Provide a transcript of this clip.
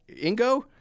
Ingo